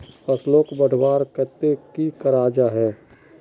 फसलोक बढ़वार केते की करा जाहा?